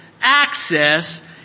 access